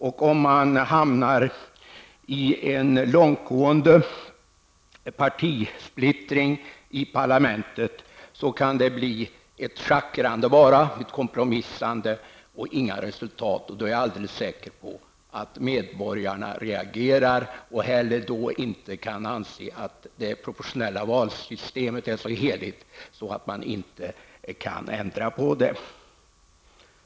Om man hamnar i en långtgående partisplittring i parlamentet, kan det bli ett schackrande, ett kompromissande och inga resultat. Då är jag alldeles säker på att medborgarna reagerar och inte heller kan anse att det proportionella valsystemet är så heligt att man inte kan ändra på det.